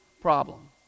problem